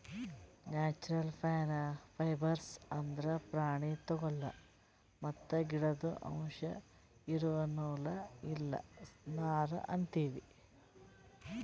natural fibres ಅಂದ್ರ ಪ್ರಾಣಿ ತೊಗುಲ್ ಮತ್ತ್ ಗಿಡುದ್ ಅಂಶ್ ಇರೋ ನೂಲ್ ಇಲ್ಲ ನಾರ್ ಅಂತೀವಿ